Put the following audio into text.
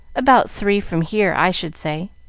about three from here, i should say.